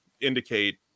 indicate